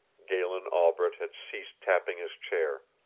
galen albret had ceased tapping his chair.